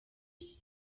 iki